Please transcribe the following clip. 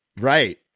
right